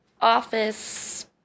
office